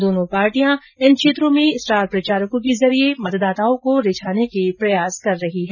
दोनों पार्टियां इन क्षेत्रों में स्टार प्रचारकों के जरिये मतदाताओं को रीझाने के प्रयास कर रही है